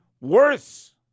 worse